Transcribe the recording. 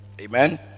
Amen